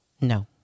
no